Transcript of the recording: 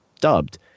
dubbed